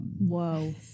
Whoa